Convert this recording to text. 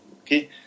Okay